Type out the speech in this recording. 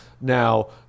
Now